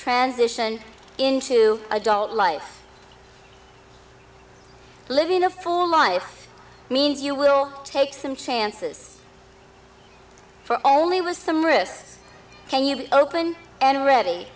transition into adult life living a full life means you will take some chances for only was some risks can you be open and ready